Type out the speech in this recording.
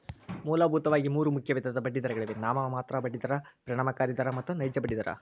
ಮೂಲಭೂತವಾಗಿ ಮೂರು ಮುಖ್ಯ ವಿಧದ ಬಡ್ಡಿದರಗಳಿವೆ ನಾಮಮಾತ್ರ ಬಡ್ಡಿ ದರ, ಪರಿಣಾಮಕಾರಿ ದರ ಮತ್ತು ನೈಜ ಬಡ್ಡಿ ದರ